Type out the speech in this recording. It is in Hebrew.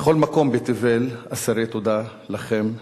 בכל מקום בתבל, אסירי תודה לכם,